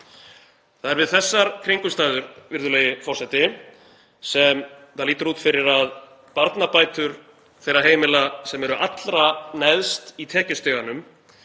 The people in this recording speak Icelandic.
Það er við þessar kringumstæður, virðulegi forseti, sem lítur út fyrir að barnabætur þeirra heimila sem eru allra neðst í tekjustiganum